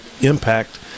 impact